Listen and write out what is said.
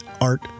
art